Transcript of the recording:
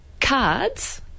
Cards